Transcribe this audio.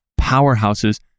powerhouses